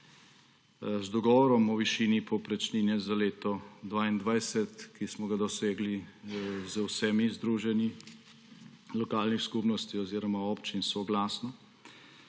Z dogovorom o višini povprečnine za leto 2022, ki smo ga dosegli z vsemi združenji lokalnih skupnosti oziroma občin soglasno